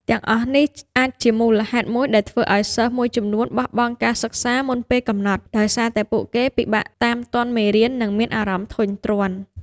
ទាំងអស់នេះអាចជាមូលហេតុមួយដែលធ្វើឱ្យសិស្សមួយចំនួនបោះបង់ការសិក្សាមុនពេលកំណត់ ដោយសារតែពួកគេពិបាកតាមទាន់មេរៀននិងមានអារម្មណ៍ធុញទ្រាន់។